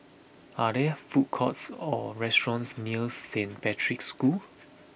are there food courts or restaurants near Saint Patrick's School